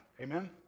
Amen